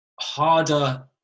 harder